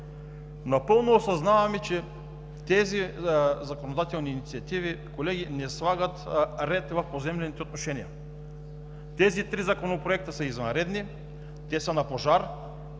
Напълно осъзнаваме, че тези законодателни инициативи, колеги, не слагат ред в поземлените отношения. Тези три законопроекта са извънредни, те са на пожар,